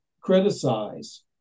criticize